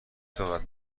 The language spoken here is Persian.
طاقت